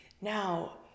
Now